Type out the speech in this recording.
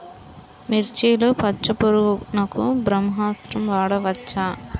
మిర్చిలో పచ్చ పురుగునకు బ్రహ్మాస్త్రం వాడవచ్చా?